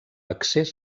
accés